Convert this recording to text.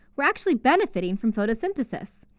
we're actually benefiting from photosynthesis.